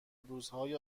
روزهای